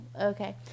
okay